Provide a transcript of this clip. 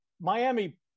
Miami